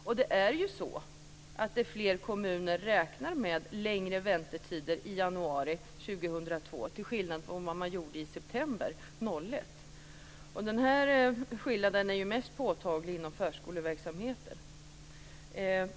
Och flera kommuner räknar med längre väntetider i januari 2002 till skillnad från vad man gjorde i september 2001. Och den här skillnaden är ju mest påtaglig inom förskoleverksamheten.